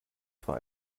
zwar